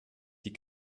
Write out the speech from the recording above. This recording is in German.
die